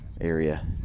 area